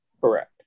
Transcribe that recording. Correct